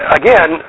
again